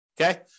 Okay